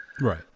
Right